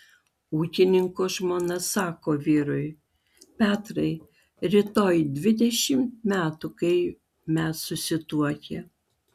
ūkininko žmona sako vyrui petrai rytoj dvidešimt metų kai mes susituokę